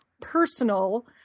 personal